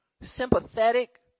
sympathetic